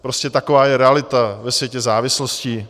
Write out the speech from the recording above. Prostě taková je realita ve světě závislostí.